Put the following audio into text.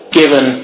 given